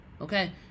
okay